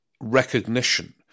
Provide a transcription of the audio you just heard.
recognition